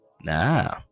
Nah